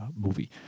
movie